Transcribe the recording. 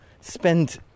spend